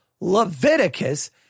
Leviticus